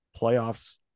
playoffs